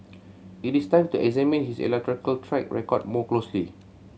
it is time to examine his electoral track record more closely